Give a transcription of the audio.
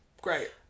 great